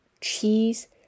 cheese